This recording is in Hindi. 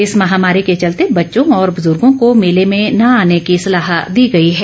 इस महामारी के चलते बच्चों और बुजुर्गो को मेले में न आने की सलाह दी गई है